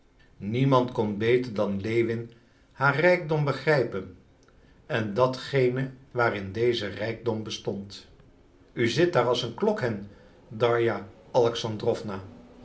niemand kon beter dan lewin haar rijkdom begrijpen en datgene waarin deze rijkdom bestond u zit daar als een klokhen darja alexandrowna